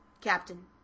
Captain